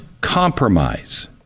compromise